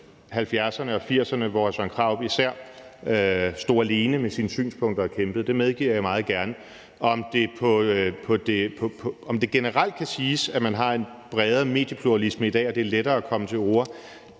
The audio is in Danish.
1970'erne og 1980'erne, hvor især hr. Søren Krarup stod alene med sine synspunkter og kæmpede; det medgiver jeg meget gerne. Om det generelt kan siges, at man har en bredere mediepluralisme i dag, og at det er lettere at komme til orde,